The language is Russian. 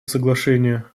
соглашение